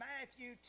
Matthew